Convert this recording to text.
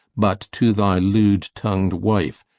but to thy lewd-tongu'd wife,